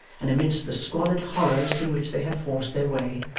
and amidst the squalid horrors through which they had forced their way,